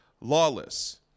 lawless